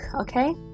okay